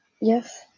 Yes